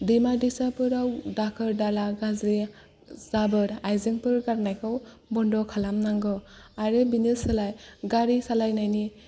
दैमा दैसाफोराव दाखोर दाला गाज्रि जाबोर आइजेंफोर गारनायखौ बन्द खालामनांगौ आरो बिनि सोलाय गारि सालायनायनि